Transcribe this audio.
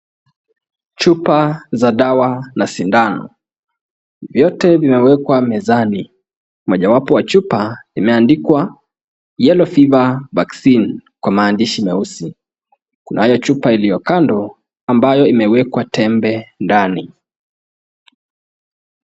Chupa za dawa na sindano vyote vimewekwa mezani, mojawapo wa chupa imeandikwa yellow fever vaccine kwa maandishi meusi. Kunayo chupa iliyo kando ambayo imewekwa tembe ndani.